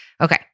Okay